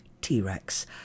T-Rex